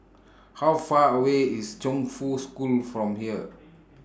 How Far away IS Chongfu School from here